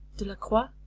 delacroix,